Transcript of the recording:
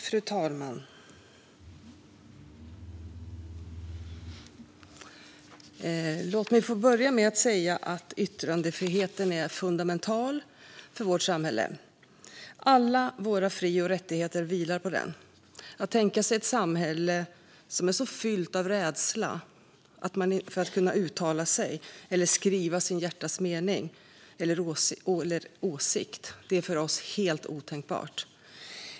Fru talman! Låt mig få börja med att säga att yttrandefriheten är fundamental för vårt samhälle. Alla våra fri och rättigheter vilar på den. Ett samhälle som är fyllt av människors rädsla för att uttala sig eller skriva sitt hjärtas mening eller åsikt är för oss helt otänkbart.